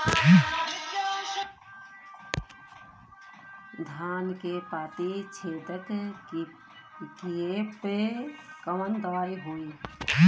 धान के पत्ती छेदक कियेपे कवन दवाई होई?